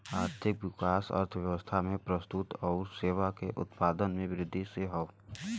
आर्थिक विकास अर्थव्यवस्था में वस्तु आउर सेवा के उत्पादन में वृद्धि से हौ